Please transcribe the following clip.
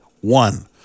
one